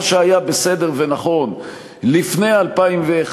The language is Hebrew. מה שהיה בסדר ונכון לפני 2001,